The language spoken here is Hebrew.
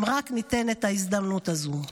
אם רק ניתנת ההזדמנות הזו,